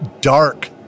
dark